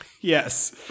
yes